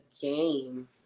game